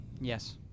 Yes